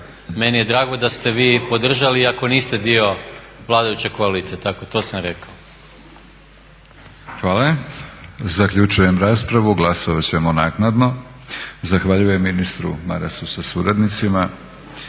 meni je drago da ste vi podržali iako niste dio vladajuće koalicije. Tako, to sam rekao. **Batinić, Milorad (HNS)** Hvala. Zaključujem raspravu, glasovati ćemo naknadno. Zahvaljujem ministru Marasu sa suradnicima.